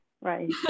right